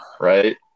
right